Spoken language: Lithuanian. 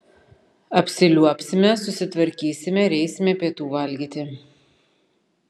apsiliuobsime susitvarkysime ir eisime pietų valgyti